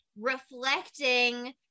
reflecting